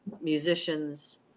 musicians